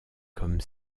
comme